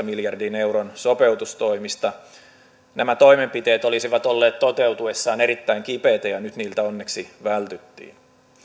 miljardin euron sopeutustoimista nämä toimenpiteet olisivat olleet toteutuessaan erittäin kipeitä ja nyt niiltä onneksi vältyttiin